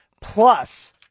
plus